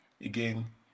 Again